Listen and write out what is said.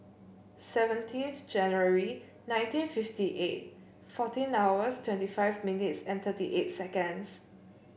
seventeenth January nineteen fifty eight fourteen hours twenty five minutes and thirty eight seconds